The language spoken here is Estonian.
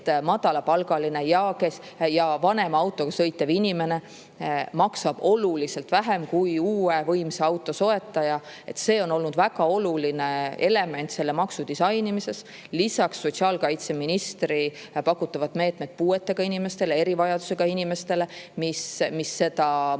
madalapalgaline ja vanema autoga sõitev inimene maksab oluliselt vähem kui uue võimsa auto soetaja. See on olnud väga oluline element selle maksu disainimisel. Lisaks on sotsiaalkaitseministri pakutavad meetmed puuetega inimestele, erivajadusega inimestele. Need